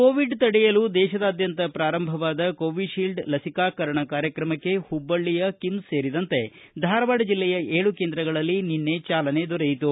Covid ತಡೆಯಲು ದೇಶದಾದ್ಯಂತ ಪ್ರಾರಂಭವಾದ ಕೋವಿಶೀಲ್ಡ್ ಲಸಿಕಾಕರಣ ಕಾರ್ಯಕ್ರಮಕ್ಕೆ ಹುಬ್ಬಳ್ಳಿ ಕಿಮ್ಸ್ ಸೇರಿದಂತೆ ಧಾರವಾಡ ಜಿಲ್ಲೆಯ ಏಳು ಕೇಂದ್ರಗಳಲ್ಲಿ ನಿನ್ನೆ ಚಾಲನೆ ದೊರೆಯಿತು